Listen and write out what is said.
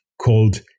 called